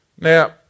Now